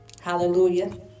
Hallelujah